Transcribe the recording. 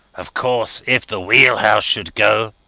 of course, if the wheelhouse should go.